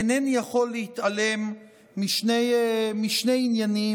אינני יכול להתעלם משני עניינים.